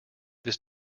this